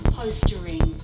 postering